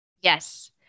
Yes